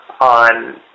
on